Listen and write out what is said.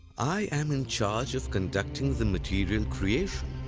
i am in charge of conducting the material creation.